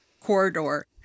corridor